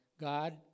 God